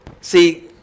See